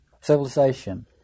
civilization